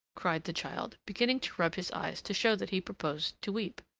cried the child, beginning to rub his eyes to show that he proposed to weep.